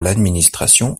l’administration